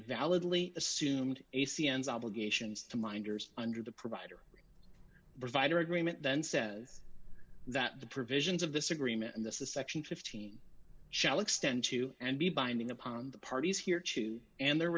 validly assumed a c n c obligations to minders under the provider provider agreement then says that the provisions of this agreement in the section fifteen shall extend to and be binding upon the parties here too and their